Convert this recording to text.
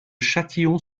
châtillon